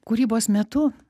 kūrybos metu